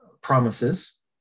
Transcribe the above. promises